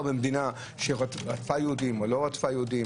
במדינה שרדפה יהודים או לא רדפה יהודים,